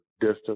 distance